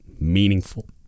meaningful